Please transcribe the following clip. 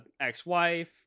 ex-wife